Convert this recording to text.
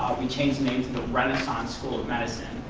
we changed the name to the renaissance school of medicine.